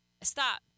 stop